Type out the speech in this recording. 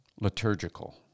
liturgical